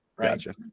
Gotcha